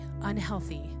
unhealthy